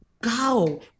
go